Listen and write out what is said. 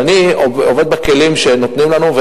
אבל אני עובד בכלים שנותנים לנו,